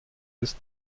bis